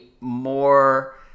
more